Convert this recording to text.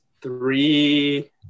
three